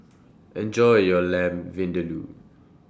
Enjoy your Lamb Vindaloo